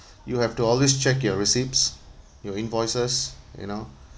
you have to always check your receipts your invoices you know